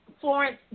Florence